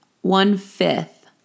one-fifth